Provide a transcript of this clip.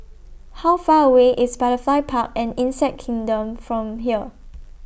How Far away IS Butterfly Park and Insect Kingdom from here